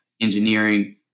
engineering